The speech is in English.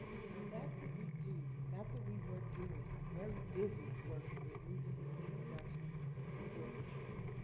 you know, that's what we do. that's what we were doing, very busy working. we had moved into clean production before katrina.